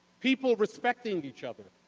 people respecting each other.